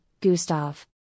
Gustav